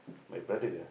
my brother ah